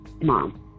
mom